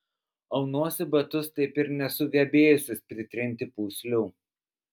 aunuosi batus taip ir nesugebėjusius pritrinti pūslių